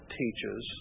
teaches